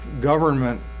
government